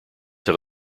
have